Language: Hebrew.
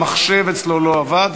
המחשב אצלו לא עבד.